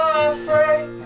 afraid